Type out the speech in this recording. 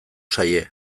zaie